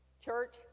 Church